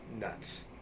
nuts